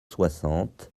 soixante